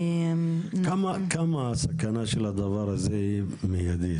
כמה הסכנה של הדבר הזה היא מיידית,